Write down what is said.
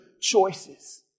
choices